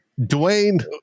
Dwayne